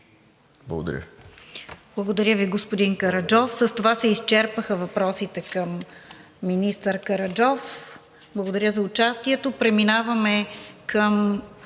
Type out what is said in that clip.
Благодаря Ви, господин Караджов. С това се изчерпаха въпросите към министър Караджов. Благодаря за участието. Преминаваме към